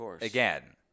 again